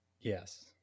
yes